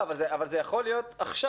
אבל זה יכול להיות עכשיו.